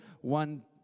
one